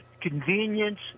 convenience